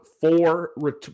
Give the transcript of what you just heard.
four